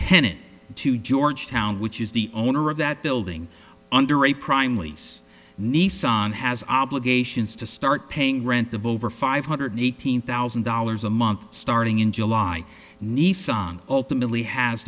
tenant to georgetown which is the owner of that building under a prime lease nissan has obligations to start paying rent of over five hundred eighteen thousand dollars a month starting in july nissan ultimately has